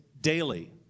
daily